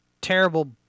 terrible